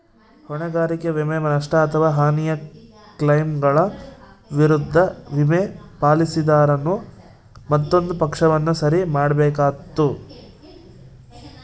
ಹೊಣೆಗಾರಿಕೆ ವಿಮೆ, ನಷ್ಟ ಅಥವಾ ಹಾನಿಯ ಕ್ಲೈಮ್ಗಳ ವಿರುದ್ಧ ವಿಮೆ, ಪಾಲಿಸಿದಾರನು ಮತ್ತೊಂದು ಪಕ್ಷವನ್ನು ಸರಿ ಮಾಡ್ಬೇಕಾತ್ತು